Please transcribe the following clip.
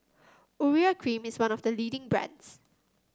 Urea Cream is one of the leading brands